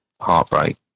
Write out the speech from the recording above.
heartbreak